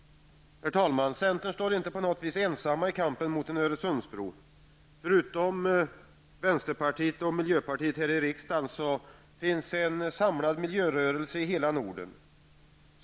Herr talman! Centern står inte ensam i kampen mot en Öresundsbro. Förutom vänsterpartiet och miljöpartiet här i riksdagen finns också en samlad miljörörelse i hela Norden.